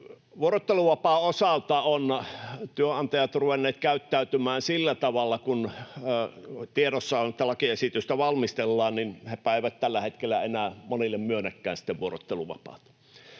Vuorotteluvapaan osalta ovat työnantajat ruvenneet käyttäytymään sillä tavalla, kun tiedossa on, että lakiesitystä valmistellaan, että hepä eivät tällä hetkellä enää monille myönnäkään vuorotteluvapaata.